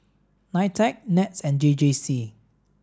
NITEC NETS and J J C